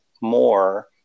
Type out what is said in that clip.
more